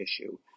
issue